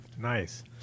nice